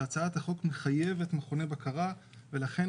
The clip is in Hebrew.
שהצעת החוק מחייבת מכוני בקרה ולכן,